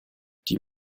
die